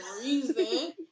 reason